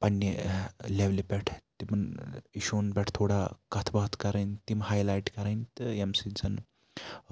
پَننہِ لیولہِ پٮ۪ٹھ تِمن اِشوٗوَن پٮ۪ٹھ تھوڑا کَتھ باتھ کَرٕنۍ تِم ہاے لایِٹ کَرٕنۍ تہٕ ییٚمہِ سۭتۍ زَن